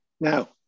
Now